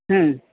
હમ